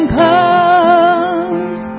comes